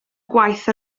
gwaith